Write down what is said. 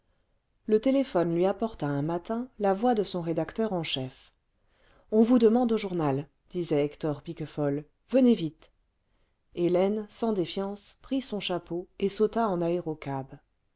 le téléphone lui apporta un matin la voix de son rédacteur en chef on vous demande au journal disait hector piquefol venez vite hélène sans défiance prit son chapeau et sauta en aérocab